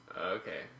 Okay